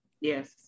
Yes